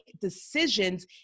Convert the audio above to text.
decisions